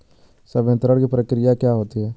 संवितरण की प्रक्रिया क्या होती है?